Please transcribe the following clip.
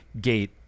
gate